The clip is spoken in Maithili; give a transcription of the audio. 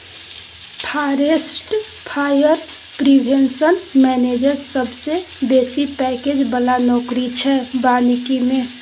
फारेस्ट फायर प्रिवेंशन मेनैजर सबसँ बेसी पैकैज बला नौकरी छै बानिकी मे